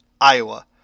Iowa